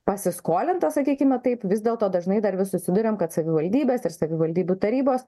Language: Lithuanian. pasiskolinta sakykime taip vis dėlto dažnai dar vis susiduriam kad savivaldybės ir savivaldybių tarybos